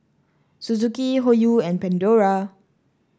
Suzuki Hoyu and Pandora